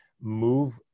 move